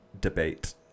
debate